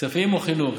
כספים או חינוך?